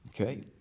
okay